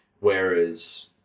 Whereas